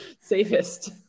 Safest